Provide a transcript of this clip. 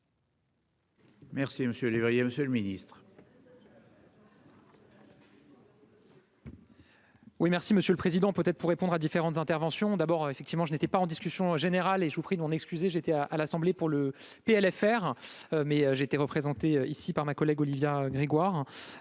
merci Monsieur le Président,